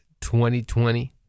2020